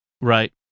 Right